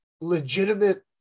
legitimate